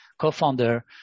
co-founder